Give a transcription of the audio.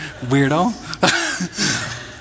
weirdo